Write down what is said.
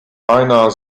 meiner